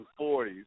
40s